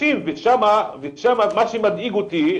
מה שמדאיג אותי,